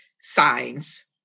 signs